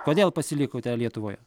kodėl pasilikote lietuvoje